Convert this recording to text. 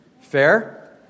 fair